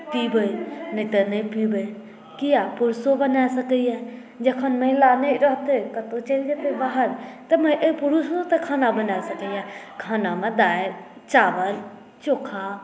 पीबै नहि तऽ नहि पीबै किया पुरुषो बना सकैए जखन महिला नहि रहतै तऽ कतहु चलि जेतै बाहर तऽ पुरुषो तऽ खाना बना सकैए खानमे दालि चावल चोखा